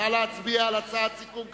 נא להצביע על הצעת סיכום קדימה.